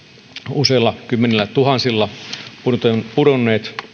useilla kymmenillätuhansilla pudonnut